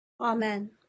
Amen